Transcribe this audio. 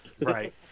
Right